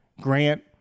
Grant